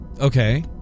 Okay